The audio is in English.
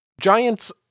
Giants